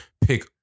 pick